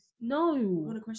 No